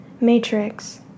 matrix